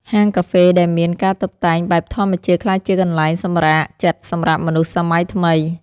ហាងកាហ្វេដែលមានការតុបតែងបែបធម្មជាតិ ក្លាយជាកន្លែងសម្រាកចិត្តសម្រាប់មនុស្សសម័យថ្មី។